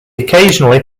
occasionally